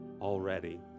already